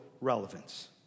relevance